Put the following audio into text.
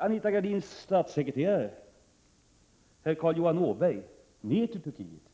Anita Gradins statssekreterare, herr Carl Johan Åberg, åkte ner till Turkiet